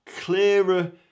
clearer